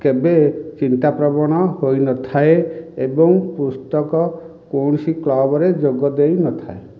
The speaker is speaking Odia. କେବେ ଚିନ୍ତାପ୍ରବଣ ହୋଇନଥାଏ ଏବଂ ପୁସ୍ତକ କୌଣସି କ୍ଲବରେ ଯୋଗ ଦେଇନଥାଏ